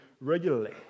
regularly